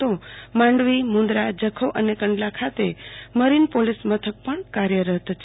તો માંડવી મુન્દ્રા જખૌ અને કંડલા ખાતે મરીન પોલીસ મથક પણ કાર્યરત છે